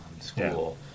school